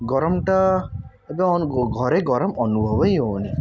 ଗରମଟା ଏବେ ଘରେ ଗରମ ଅନୁଭବ ହିଁ ହେଉନି